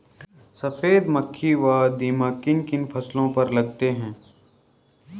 सफेद मक्खी व दीमक किन किन फसलों पर लगते हैं?